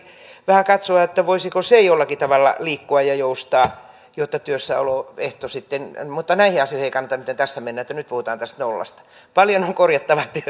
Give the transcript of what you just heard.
vähän katsoa voisiko se jollakin tavalla liikkua ja joustaa jotta työssäoloehto sitten mutta näihin asioihin ei kannata nytten tässä mennä nyt puhutaan tästä nollasta paljon on korjattavaa